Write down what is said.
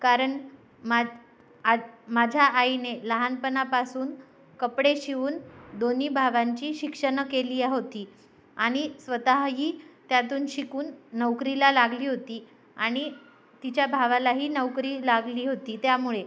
कारण मा आ माझ्या आईने लहानपणापासून कपडे शिवून दोन्ही भावांची शिक्षणं केली आ होती आणि स्वतःही त्यातून शिकून नोकरीला लागली होती आणि तिच्या भावालाही नोकरी लागली होती त्यामुळे